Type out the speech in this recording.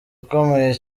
ukomeye